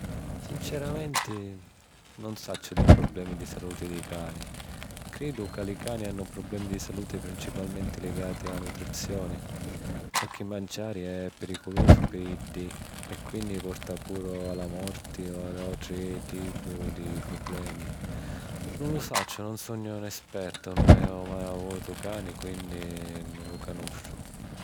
Sinceramenti, nun sacciu di prublemi di saluti di cani. Cridu ca li cani hannu prublemi di saluti principalmenti ligati â nutrizioni. Qualchi manciari è piriculusu pi iddi e quinni porta puru a la morti o ad àutri tipu di prublemi. Nun lu sacciu, nun sugnu 'n espertu nun haju mai avutu cani quinni nun lu canusciu.